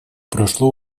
прошло